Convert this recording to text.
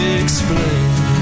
explain